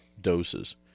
doses